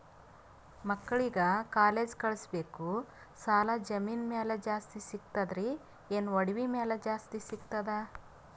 ಮಕ್ಕಳಿಗ ಕಾಲೇಜ್ ಕಳಸಬೇಕು, ಸಾಲ ಜಮೀನ ಮ್ಯಾಲ ಜಾಸ್ತಿ ಸಿಗ್ತದ್ರಿ, ಏನ ಒಡವಿ ಮ್ಯಾಲ ಜಾಸ್ತಿ ಸಿಗತದ?